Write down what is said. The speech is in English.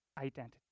identity